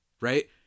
right